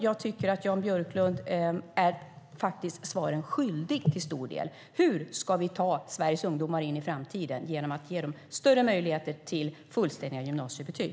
Jag tycker att Jan Björklund är svaret skyldig till stor del. Hur ska vi ta Sveriges ungdomar in i framtiden och ge dem större möjligheter till fullständiga gymnasiebetyg?